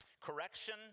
Correction